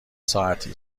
ساعتی